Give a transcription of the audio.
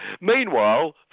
Meanwhile